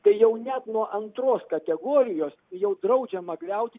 tai jau net nuo antros kategorijos jau draudžiama griauti